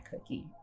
cookie